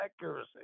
accuracy